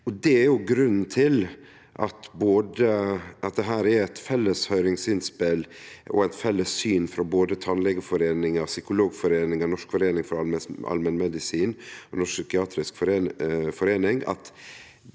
Det er grunnen til at dette er eit felles høyringsinnspel, og at det er eit felles syn – frå både Tannlegeforeningen, Psykologforeningen, Norsk forening for allmennmedisin og Norsk psykiatrisk forening